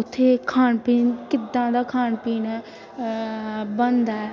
ਉੱਥੇ ਖਾਣ ਪੀਣ ਕਿੱਦਾਂ ਦਾ ਖਾਣ ਪੀਣ ਹੈ ਬਣਦਾ